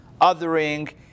othering